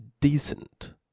decent